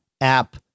app